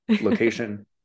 Location